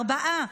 ארבעה.